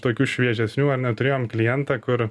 tokių šviežesnių ar ne turėjom klientą kur